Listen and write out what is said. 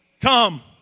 Come